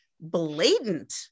blatant